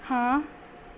ਹਾਂ